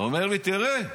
אומר לי, תראה,